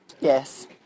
Yes